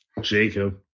Jacob